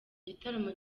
gitaramo